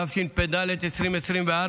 התשפ"ד,2024,